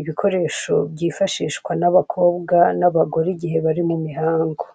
ibikoresho bwifashishwa n'abakobwa n'abagore igihe bari mu mihango.